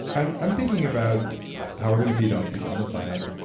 i'm i'm thinking about how we're going to feed all the people on the planet,